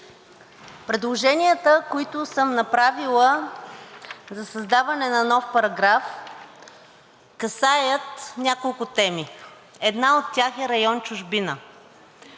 предложенията, които съм направила за създаване на нов параграф, касаят няколко теми. Една от тях е район „Чужбина“.